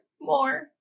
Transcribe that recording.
more